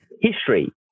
history